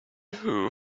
who